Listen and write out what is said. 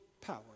power